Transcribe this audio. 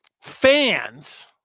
fans